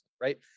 right